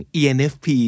enfp